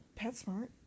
PetSmart